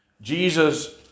Jesus